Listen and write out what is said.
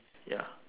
ya